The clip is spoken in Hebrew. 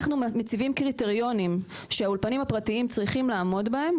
אנחנו מציבים קריטריונים שהאולפנים הפרטיים צריכים לעמוד בהם,